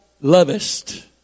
lovest